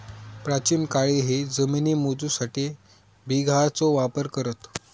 प्राचीन काळीही जमिनी मोजूसाठी बिघाचो वापर करत